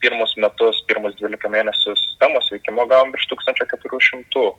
pirmus metus pirmus dvylika mėnesių sistemos veikimo gavom virš tūkstančio keturių šimtų